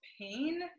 pain